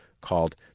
called